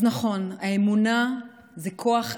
אז נכון, האמונה זה כוח אדיר,